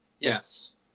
Yes